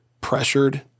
pressured